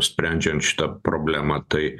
sprendžiant šitą problemą tai